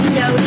no